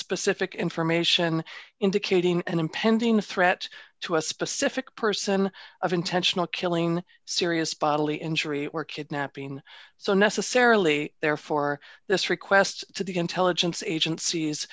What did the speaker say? specific information indicating an impending threat to a specific person of intentional killing serious bodily injury or kidnapping so necessarily therefore this request to the intelligence agencies